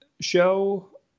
show